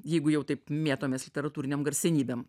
jeigu jau taip mėtomės literatūrinėm garsenybėm